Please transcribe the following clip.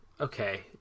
Okay